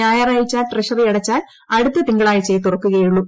ഞായറാഴ്ച ട്രഷറി അടച്ചാൽ അടുത്ത തിങ്കളാഴ്ചയേ തുറക്കുകയുള്ളൂ